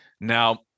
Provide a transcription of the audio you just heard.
Now